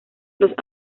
los